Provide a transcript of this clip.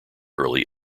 early